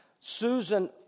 Susan